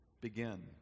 begin